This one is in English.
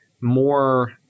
more